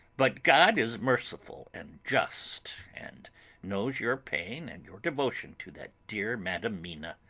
but god is merciful and just, and knows your pain and your devotion to that dear madam mina.